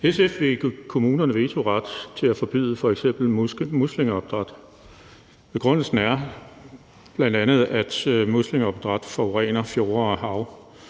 kommunerne en vetoret til at forbyde f.eks. muslingeopdræt, og begrundelsen er bl.a., at muslingeopdræt forurener fjorde og hav.